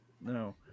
no